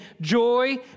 joy